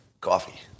coffee